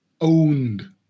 owned